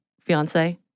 fiance